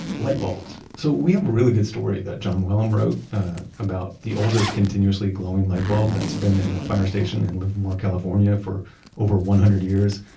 light bulbs! so we have a really good story that jon mooallem wrote about the oldest continuously glowing lightbulb that's been in a fire station in livermore, ca and for over one hundred years.